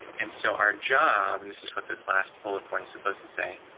and so our job. and this is what this last bullet point is supposed to say,